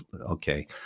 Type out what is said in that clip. Okay